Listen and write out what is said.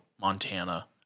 Montana